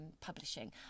publishing